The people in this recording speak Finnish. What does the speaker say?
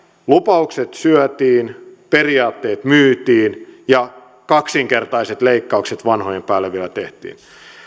lupaukset syötiin periaatteet myytiin ja kaksinkertaiset leikkaukset vanhojen päälle vielä tehtiin